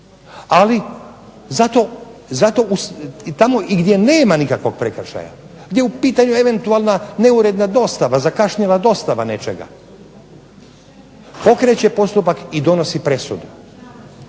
ali zato i tamo i gdje nema nikakvog prekršaja, gdje je u pitanju eventualna neuredna dostava, zakašnjela dostava nečega, pokreće postupak i donosi presudu.